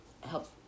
help